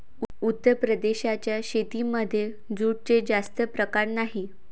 उत्तर प्रदेशाच्या शेतीमध्ये जूटचे जास्त प्रकार नाही